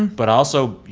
but also,